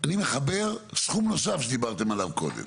אני מחבר סכום נוסף שדיברתם עליו קודם.